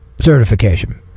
certification